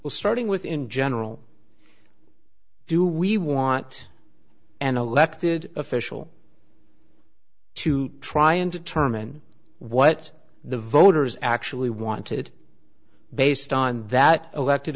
a starting with in general do we want an elected official to try and determine what the voters actually wanted based on that elected